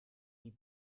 die